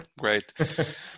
Great